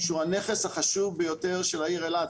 שהוא הנכס החשוב ביותר של העיר אילת,